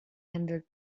handled